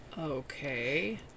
Okay